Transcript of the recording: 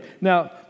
Now